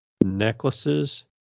necklaces